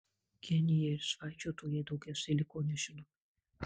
genijai ir svaičiotojai daugiausiai liko nežinomi